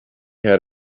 had